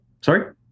Sorry